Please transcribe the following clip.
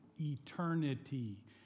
eternity